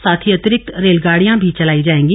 साथ ही अंतिरिक्त रेलगाड़ियां भी चलाई जाएंगी